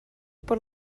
per